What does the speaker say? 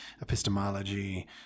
epistemology